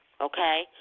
okay